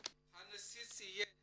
ציין